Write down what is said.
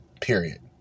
period